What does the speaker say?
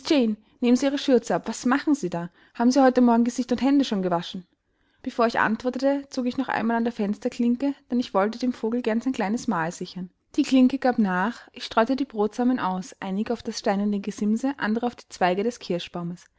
nehmen sie ihre schürze ab was machen sie da haben sie heute morgen gesicht und hände schon gewaschen bevor ich antwortete zog ich noch einmal an der fensterklinke denn ich wollte dem vogel gern sein kleines mahl sichern die klinke gab nach ich streute die brosamen aus einige auf das steinerne gesimse andere auf die zweige des kirschbaumes